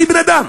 אני בן-אדם,